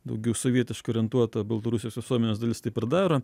daugiau sovietiškai orientuota baltarusijos visuomenės dalis taip ir daro